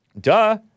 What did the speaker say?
Duh